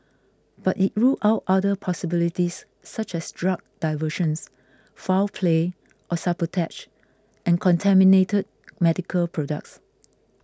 but it ruled out other possibilities such as drug diversion foul play or sabotage and contaminated medical products